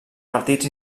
partits